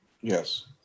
Yes